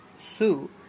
Sue